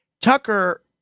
Tucker